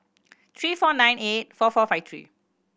three four nine eight four four five three